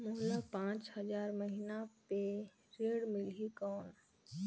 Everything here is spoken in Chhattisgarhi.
मोला पांच हजार महीना पे ऋण मिलही कौन?